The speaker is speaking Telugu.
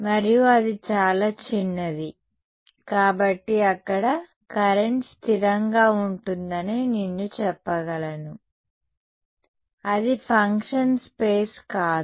మరియు అది చాలా చిన్నది కాబట్టి అక్కడ కరెంట్ స్థిరంగా ఉంటుందని నేను చెప్పగలను అది ఫంక్షన్ స్పేస్ కాదు